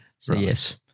Yes